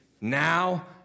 now